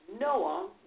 Noah